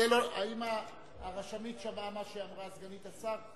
או שתיגשי, האם הרשמת שמעה מה שאמרה סגנית השר?